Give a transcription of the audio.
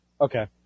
Okay